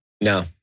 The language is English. No